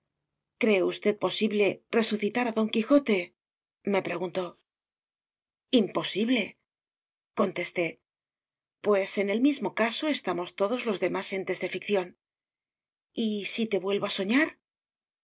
cree usted posible resucitar a don quijote me preguntó imposible contesté pues en el mismo caso estamos todos los demás entes de ficción y si te vuelvo a soñar